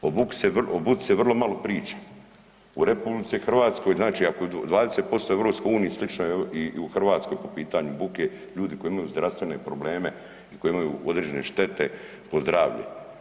O buci se vrlo malo priča u RH znači ako je 20% EU slično i u Hrvatskoj po pitanju buke ljudi koji imaju zdravstvene probleme koji imaju određene štete po zdravlje.